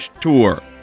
tour